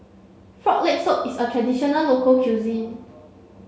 frog leg soup is a traditional local cuisine